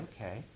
okay